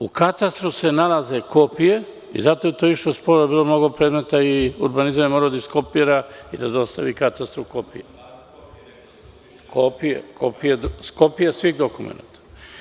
U katastru se nalaze kopije i zato je to išlo sporo, bilo je mnogo predmeta i urbanizam je morao da iskopira i da dostavi katastru kopije, kopije svih dokumenata.